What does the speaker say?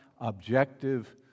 objective